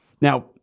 Now